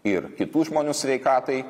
ir kitų žmonių sveikatai